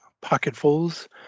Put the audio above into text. pocketfuls